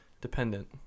dependent